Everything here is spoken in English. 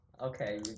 Okay